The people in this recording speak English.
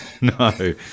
No